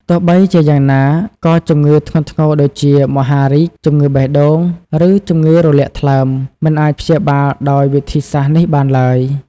ទោះបីជាយ៉ាងណា ក៏ជំងឺធ្ងន់ធ្ងរដូចជា មហារីក ជំងឺបេះដូង ឬជំងឺរលាកថ្លើម មិនអាចព្យាបាលដោយវិធីសាស្ត្រនេះបានឡើយ។